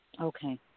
Okay